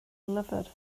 lyfr